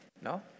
no